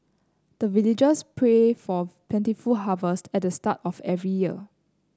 the villagers pray for plentiful harvest at the start of every year